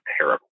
terrible